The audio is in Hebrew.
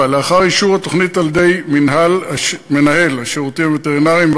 4. לאחר אישור התוכנית על-ידי מנהל השירותים הווטרינריים,